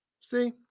See